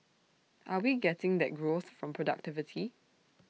are we getting that growth from productivity